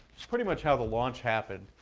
it's pretty much how the launch happened.